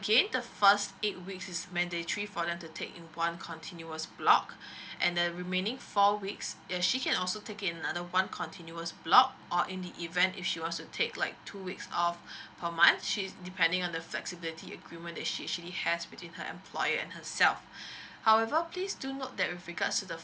the first eight weeks is mandatory for them to take in one continuous block and the remaining four weeks uh she can also take it in another one continuous block or in the event if she wants to take like two weeks off per month is depending on the flexibility agreement that she actually has between her employer and herself however please do note that with regards to the